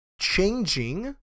Changing